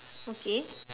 okay